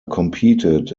competed